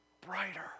brighter